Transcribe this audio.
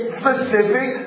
specific